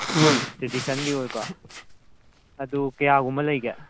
ꯇ꯭ꯔꯦꯗꯤꯁꯟꯒꯤ ꯑꯣꯏꯕ ꯑꯗꯨ ꯀꯌꯥꯒꯨꯝꯕ ꯂꯩꯒꯦ